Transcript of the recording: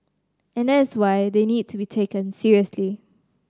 and that is why they need to be taken seriously